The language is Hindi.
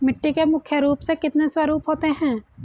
मिट्टी के मुख्य रूप से कितने स्वरूप होते हैं?